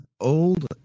old